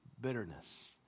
bitterness